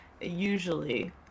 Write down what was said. usually